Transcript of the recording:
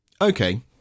Okay